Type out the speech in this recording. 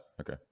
Okay